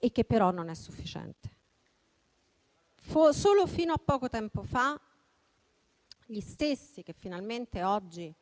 ma questo non è sufficiente. Solo fino a poco tempo fa, gli stessi che finalmente oggi